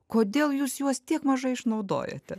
kodėl jūs juos tiek mažai išnaudojate